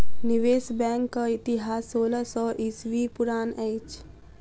निवेश बैंकक इतिहास सोलह सौ ईस्वी पुरान अछि